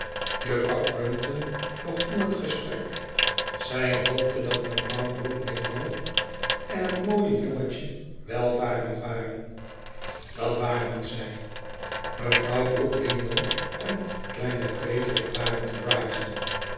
juffrouw crumpton begon het gesprek zij hoopte dat mevrouw brook dingwall en het mooie jongentje welvarend waren dat waren zij mevrouw brook dingwall en kleine frederik waren te brighton